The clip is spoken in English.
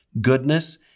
goodness